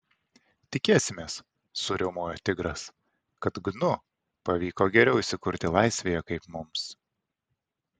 tikėsimės suriaumojo tigras kad gnu pavyko geriau įsikurti laisvėje kaip mums